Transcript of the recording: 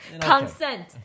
Consent